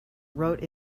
wrote